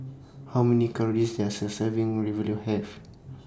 How Many Calories Does A Serving Ravioli Have